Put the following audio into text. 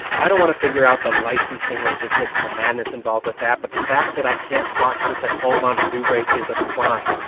i don't want figure out the licensing logistics and madness involved with that but the fact that i can't watch this at home on blu-ray is a crime.